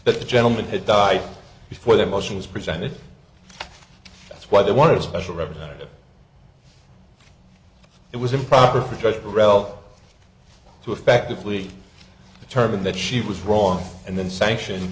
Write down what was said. that the gentleman had died before that motion was presented that's why they wanted a special representative it was improper for just relf to effectively determine that she was wrong and then sanction